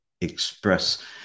express